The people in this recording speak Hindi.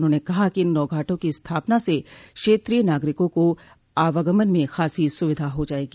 उन्होंने कहा कि इन नौघाटों की स्थापना से क्षेत्रीय नागरिकों को आवागमन में खासी सुविधा हो जायेगी